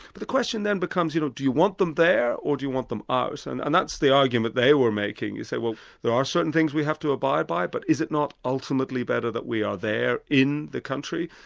but the question then becomes you know, do you want them there or do you want them out? and and that's the argument they were making. you say, we are certain things we have to abide by, but is it not ultimately better that we are there in the country,